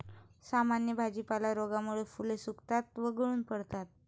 सामान्य भाजीपाला रोगामुळे फुले सुकतात व गळून पडतात